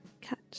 catch